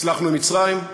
הצלחנו עם מצרים,